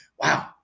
wow